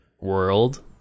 world